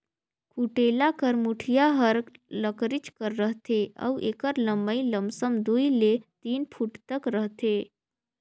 कुटेला कर मुठिया हर लकरिच कर रहथे अउ एकर लम्मई लमसम दुई ले तीन फुट तक रहथे